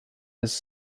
his